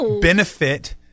benefit